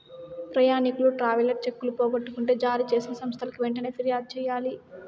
ప్రయాణికులు ట్రావెలర్ చెక్కులు పోగొట్టుకుంటే జారీ చేసిన సంస్థకి వెంటనే ఫిర్యాదు చెయ్యాలి